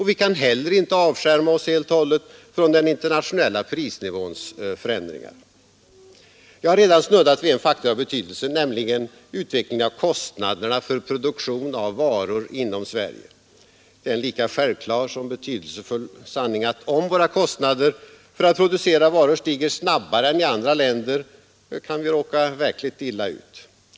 Vi kan heller inte avskärma oss helt och hållet från den internationella prisnivåns förändringar. Jag har redan snuddat vid en faktor av betydelse, nämligen utvecklingen av kostnaderna för produktion av varor inom Sverige. Det är en lika självklar som betydelsefull sanning att om våra kostnader för att producera varor stiger snabbare än i andra länder kan vi råka verkligt illa ut.